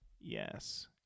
yes